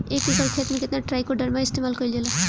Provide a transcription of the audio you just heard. एक एकड़ खेत में कितना ट्राइकोडर्मा इस्तेमाल कईल जाला?